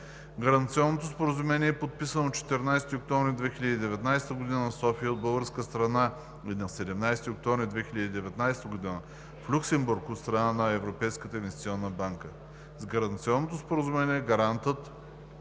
Гаранционното споразумение е подписано на 14 октомври 2019 г. в София от българска страна и на 17 октомври 2019 г. в Люксембург от страна на Европейската инвестиционна банка. С Гаранционното споразумение Гарантът